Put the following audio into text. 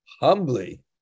humbly